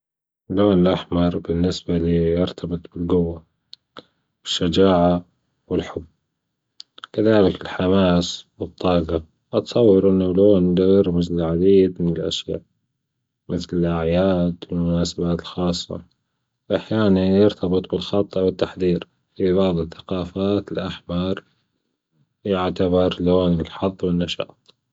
اللون الأحمر بالنسبة ليا يرتبط بالجوة والشجاعة والحب كذلك الحماس والطاجة أتصور انه لون يرمز للعديد من الأشياء مثل الأعياد والمناسبات الخاصة واحيانا يرتبط بالخط أو التحضير في بعض الثقافات الأحمر يعتبر لون الحظ والنشاط.